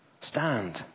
Stand